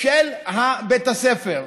של בית הספר.